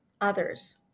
others